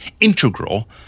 integral